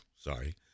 sorry